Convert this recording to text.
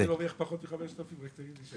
למה סכום של 5,000 שקלים?